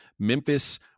Memphis